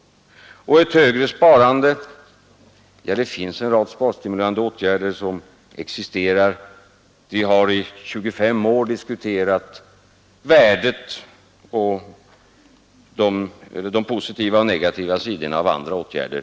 När det gäller ett ökat sparande så finns ju en rad sparstimulerande åtgärder. Och vi har under 25 år diskuterat de positiva och de negativa sidorna av andra sådana åtgärder.